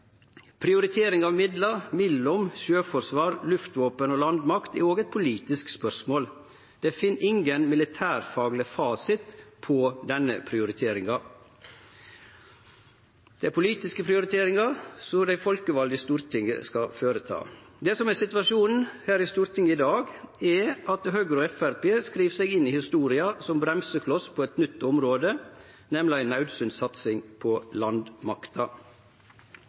Prioritering av midlar mellom sjøforsvar, luftvåpen og landmakt er òg eit politisk spørsmål. Det finst ingen militærfagleg fasit på denne prioriteringa. Det er politiske prioriteringar som dei folkevalde i Stortinget skal gjere. Det som er situasjonen i Stortinget i dag, er at Høgre og Framstegspartiet skriv seg inn i historia som bremsekloss på eit nytt område, nemleg ei naudsynt satsing på landmakta.